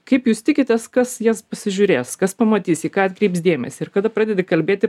kaip jūs tikitės kas jas pasižiūrės kas pamatys į ką atkreips dėmesį ir kada pradedi kalbėti